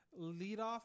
leadoff